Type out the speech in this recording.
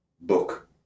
book